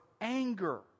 anger